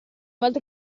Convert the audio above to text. volta